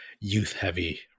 youth-heavy